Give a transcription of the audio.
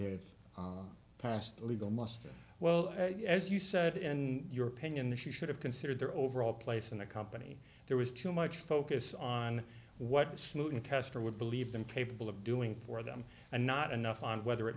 passed legal muster well as you said in your opinion that she should have considered their overall place in the company there was too much focus on what suit tester would believe them capable of doing for them and not enough on whether it